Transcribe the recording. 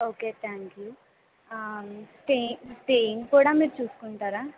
okay thank you ఆ stay staying కూడా మీరు చుసుకుంటారా